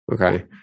Okay